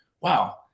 wow